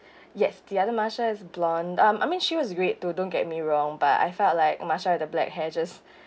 yes the other marsha is blonde um I mean she was great too don't get me wrong but I felt like marsha with the black hair just